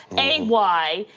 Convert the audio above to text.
a, why,